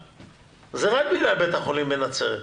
זה רק בגלל בית החולים בנצרת.